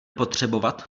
potřebovat